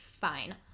fine